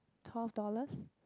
twelve dollars